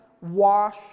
wash